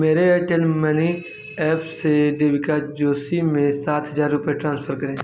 मेरे Airtel money app से देविका जोशी में सात हज़ार रुपये ट्रांसफर करें